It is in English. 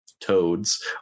toads